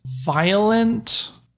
violent